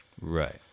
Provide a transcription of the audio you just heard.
Right